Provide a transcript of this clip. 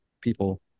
people